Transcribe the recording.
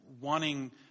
wanting